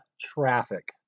traffic